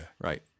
Right